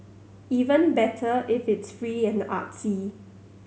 even better if it's free and artsy